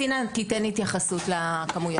צינה תיתן התייחסות לכמויות.